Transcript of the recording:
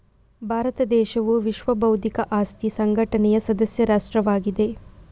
ಭಾರತ ದೇಶವು ವಿಶ್ವ ಬೌದ್ಧಿಕ ಆಸ್ತಿ ಸಂಘಟನೆಯ ಸದಸ್ಯ ರಾಷ್ಟ್ರವಾಗಿದೆ